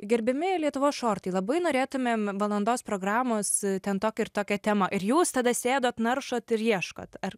gerbiami lietuvos šortai labai norėtumėm valandos programos ten tokia ir tokia tema ir jūs tada sėdot naršot ir ieškot ar